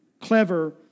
clever